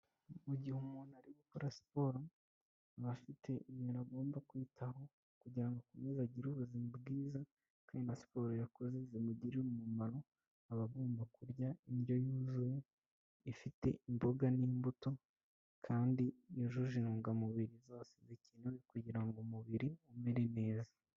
Mu gihe umuntu ari gukora siporo, aba afite ibintu agomba kwitaho kugira ngo akomeze agire ubuzima bwiza, kandi siporo yakoze zimugirire umumaro, aba agomba kurya indyo yuzuye ifite imboga n'imbuto, kandi yujuje intungamubiri zose zikenewe kugira ngo umubiri umere neza.